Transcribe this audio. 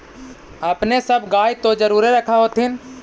अपने सब गाय तो जरुरे रख होत्थिन?